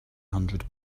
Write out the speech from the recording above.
hundred